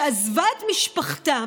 שעזבה את משפחתה,